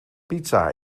pizza